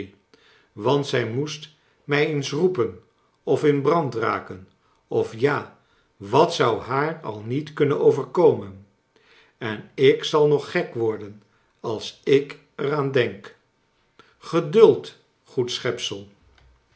want zij moest mij eens roe pen of in brand raken of ja wat zou haar al niet kunnen overkomen en ik zal nog gek worden als ik er aan denk geduld good schepsel